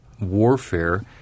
warfare